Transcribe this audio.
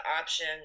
option